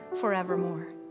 forevermore